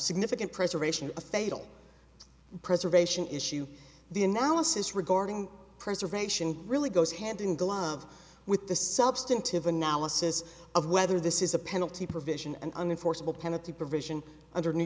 significant preservation a fatal preservation issue the analysis regarding preservation really goes hand in glove with the substantive analysis of whether this is a penalty provision and unenforceable penalty provision under new